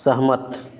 सहमत